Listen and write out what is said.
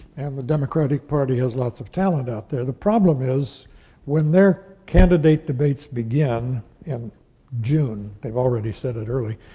and the democratic party has lots of talent out there. the problem is when their candidate debates begin in june, they've already set it early,